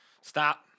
Stop